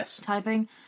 typing